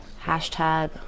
Hashtag